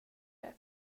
det